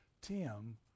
Tim